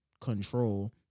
control